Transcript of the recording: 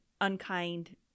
unkind